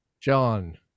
John